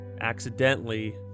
accidentally